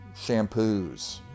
shampoos